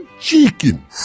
chicken